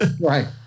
Right